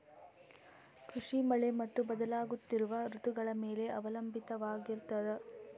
ಕೃಷಿ ಮಳೆ ಮತ್ತು ಬದಲಾಗುತ್ತಿರುವ ಋತುಗಳ ಮೇಲೆ ಅವಲಂಬಿತವಾಗಿರತದ